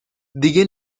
دیگه